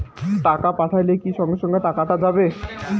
টাকা পাঠাইলে কি সঙ্গে সঙ্গে টাকাটা যাবে?